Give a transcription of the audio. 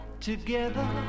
together